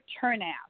turnout